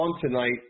tonight